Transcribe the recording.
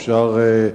אפשר,